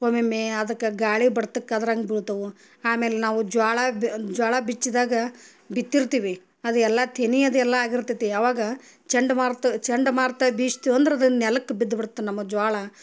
ಒಮ್ಮೊಮ್ಮೆ ಅದಕ್ಕೆ ಗಾಳಿ ಬರ್ತಕೆ ಅದ್ರಂಗೆ ಬೀಳ್ತವು ಆಮೇಲೆ ನಾವು ಜ್ವಾಳ ಬಿ ಜ್ವಾಳ ಬಿಚ್ಚಿದಾಗ ಬಿತ್ತಿರ್ತೀವಿ ಅದು ಎಲ್ಲ ತೆನಿ ಅದು ಎಲ್ಲ ಆಗಿರ್ತೈತಿ ಆವಾಗ ಚಂಡ್ಮಾರುತ ಚಂಡಮಾರುತ ಬೀಸ್ತು ಅಂದ್ರೆ ಅದು ನೆಲಕ್ಕೆ ಬಿದ್ದು ಬಿಡುತ ನಮ್ಮ ಜ್ವಾಳ